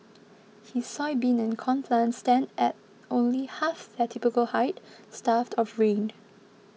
his soybean and corn plants stand at only half their typical height starved of rain